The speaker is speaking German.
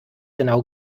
genau